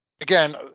again